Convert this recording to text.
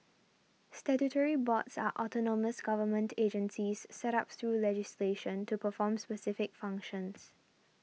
statutory boards are autonomous government agencies set up through legislation to perform specific functions